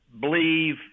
believe